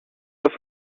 that